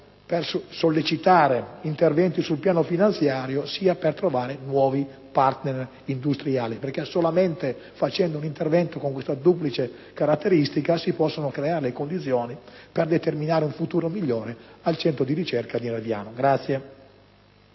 per sollecitare interventi sul piano finanziario, sia per trovare nuovi partner industriali, perché solamente con un intervento che abbia questa duplice caratteristica si possono creare le condizioni per determinare un futuro migliore al centro di ricerca di Nerviano.